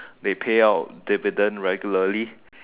they pay out dividend regularly